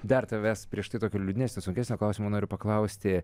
dar tavęs prieš tai tokio liūdnesnio sunkesnio klausimo noriu paklausti